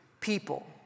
people